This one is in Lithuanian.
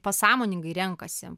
pasąmoningai renkasi